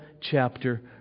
chapter